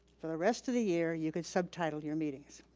for the rest of the year, you could subtitle your meetings.